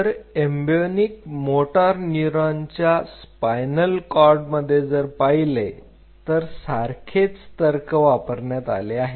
तर embryonic motor न्यूरॉनच्या spinal कॉर्डकडे जर पाहिले तर सारखेच तर्क वापरण्यात आले आहेत